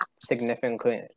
significantly